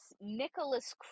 Nicholas